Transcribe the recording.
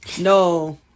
no